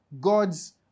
God's